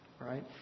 Right